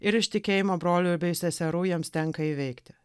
ir iš tikėjimo brolių bei seserų jiems tenka įveikti